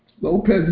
Lopez